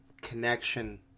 connection